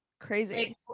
crazy